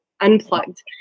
Unplugged